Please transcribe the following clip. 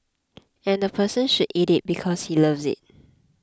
and the person should eat it because he loves it